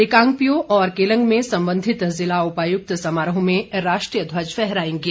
रिकांगपिओ और केलंग में संबंधित जिला उपायुक्त समारोह में राष्ट्रीय ध्वज फहराएंगे